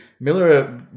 Miller